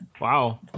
Wow